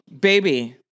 baby